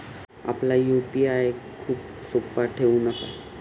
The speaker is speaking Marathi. आपला यू.पी.आय पिन खूप सोपा ठेवू नका